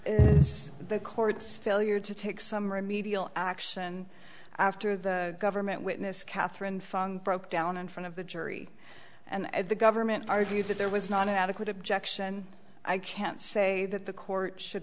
the court's failure to take some remedial action after the government witness katherine fung broke down in front of the jury and the government argued that there was not an adequate objection i can say that the court should